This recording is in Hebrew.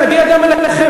נגיע גם אליכם.